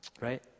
Right